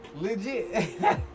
Legit